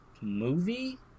movie